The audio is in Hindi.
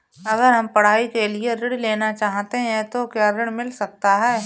अगर हम पढ़ाई के लिए ऋण लेना चाहते हैं तो क्या ऋण मिल सकता है?